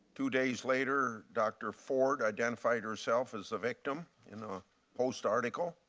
two days later dr. ford identified herself as the victim, in the post article.